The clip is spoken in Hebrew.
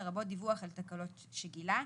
לרבות דיווח על תקלות שגילה.